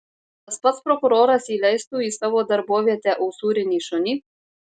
ar tas pats prokuroras įleistų į savo darbovietę usūrinį šunį